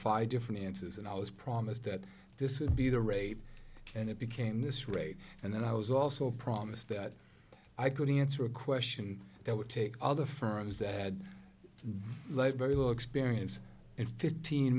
five different answers and i was promised that this would be the rate and it became this rate and then i was also promised that i could answer a question that would take other firms that had led very little experience in fifteen